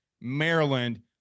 Maryland